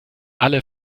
alle